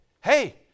hey